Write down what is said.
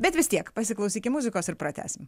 bet vis tiek pasiklausykim muzikos ir pratęsim